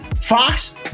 Fox